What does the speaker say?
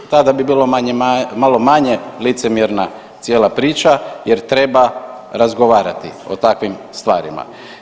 Tada bi bilo manje, malo manje licemjerna cijela priča jer treba razgovarati o takvim stvarima.